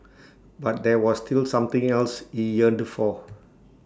but there was still something else he yearned for